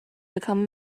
become